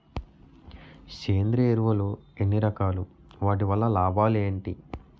సేంద్రీయ ఎరువులు ఎన్ని రకాలు? వాటి వల్ల లాభాలు ఏంటి?